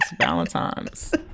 Valentine's